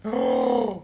oh